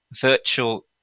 virtual